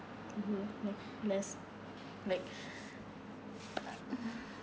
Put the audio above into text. I don't know like less like mm